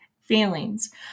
feelings